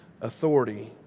authority